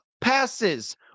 passes